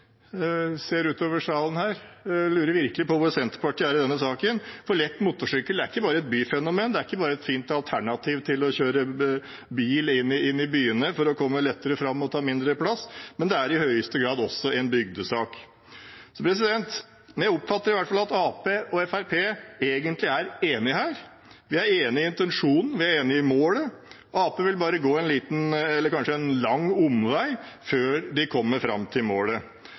i denne saken, for lett motorsykkel er ikke bare et byfenomen, det er ikke bare et fint alternativ til å kjøre bil i byene for å komme lettere fram og ta mindre plass. Det er i høyeste grad også en bygdesak. Jeg oppfatter i hvert fall at Arbeiderpartiet og Fremskrittspartiet egentlig er enige her. Vi er enige om intensjonen, vi er enige om målet. Arbeiderpartiet vil bare gå en liten – eller kanskje lang – omvei før de kommer fram til målet.